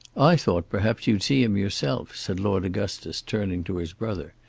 i thought, perhaps, you'd see him yourself, said lord augustus, turning to his brother.